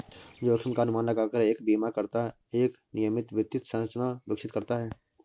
जोखिम का अनुमान लगाकर एक बीमाकर्ता एक नियमित वित्त संरचना विकसित करता है